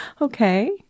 Okay